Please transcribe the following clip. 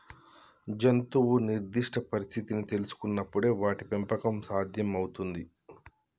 జంతువు నిర్దిష్ట పరిస్థితిని తెల్సుకునపుడే వాటి పెంపకం సాధ్యం అవుతుంది